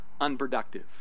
unproductive